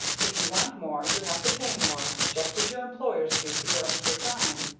if you want more you have to pay more, just as your employers do for your extra time.